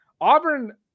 Auburn